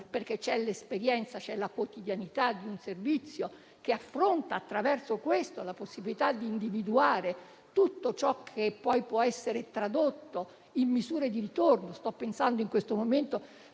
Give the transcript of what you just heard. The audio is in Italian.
perché ci sono l'esperienza e la quotidianità di un servizio che affronta, attraverso questo, la possibilità di individuare tutto ciò che può essere tradotto in misure di ritorno.